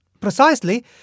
Precisely